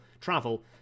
travel